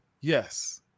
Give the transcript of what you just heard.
Yes